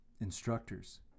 instructors